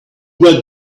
were